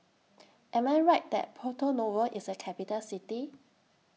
Am I Right that Porto Novo IS A Capital City